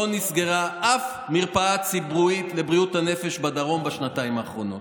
לא נסגרה אף מרפאה ציבורית לבריאות הנפש בדרום בשנתיים האחרונות.